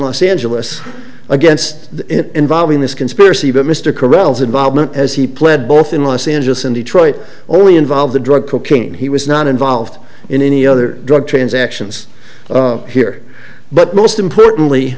los angeles against involving this conspiracy but mr corrals involvement as he pled both in los angeles and detroit only involved the drug cocaine he was not involved in any other drug transactions here but most importantly